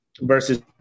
versus